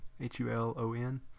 H-U-L-O-N